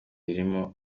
imirimo